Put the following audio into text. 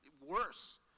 worse